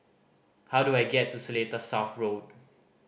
how do I get to Seletar South Road